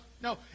no